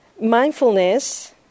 Mindfulness